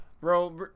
bro